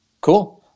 Cool